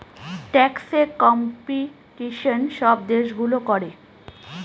ট্যাক্সে কম্পিটিশন সব দেশগুলো করে